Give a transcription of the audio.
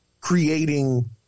creating